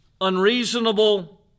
unreasonable